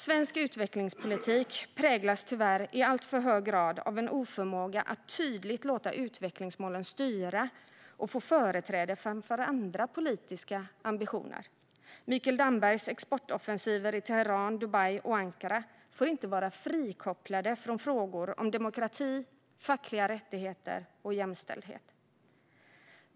Svensk utvecklingspolitik präglas tyvärr i alltför hög grad av en oförmåga att tydligt låta utvecklingsmålen styra och få företräde framför andra politiska ambitioner. Mikael Dambergs exportoffensiver i Teheran, Dubai och Ankara får inte vara frikopplade från frågor om demokrati, fackliga rättigheter och jämställdhet.